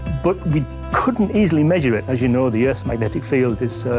but we couldn't easily measure it. as you know, the earth's magnetic field is,